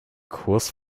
kurs